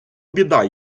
біда